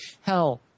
Hell